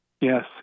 Yes